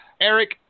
eric